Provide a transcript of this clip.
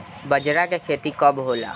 बजरा के खेती कब होला?